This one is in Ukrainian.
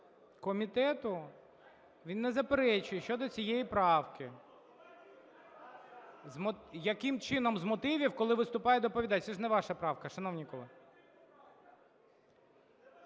він не заперечує щодо цієї правки. Яким чином з мотивів, коли виступає доповідач, це ж не ваша правка, шановні колеги?